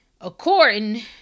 According